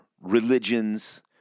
religions